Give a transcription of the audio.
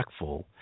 impactful